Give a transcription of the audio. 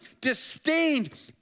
disdained